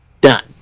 done